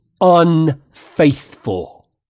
unfaithful